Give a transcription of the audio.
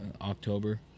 October